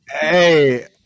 Hey